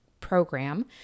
program